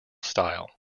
style